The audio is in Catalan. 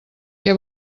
què